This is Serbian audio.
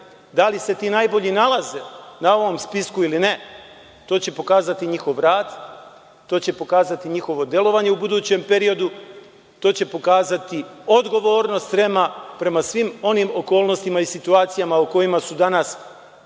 Da li se ti najbolji nalaze na ovom spisku ili ne to će pokazati njihov rad, to će pokazati njihovo delovanje u budućem periodu, to će pokazati odgovornost REM-a prema svim onim okolnostima i situacijama o kojima su danas